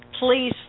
please